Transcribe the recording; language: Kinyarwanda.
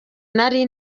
nari